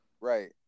right